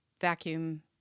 vacuum